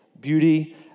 beauty